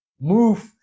move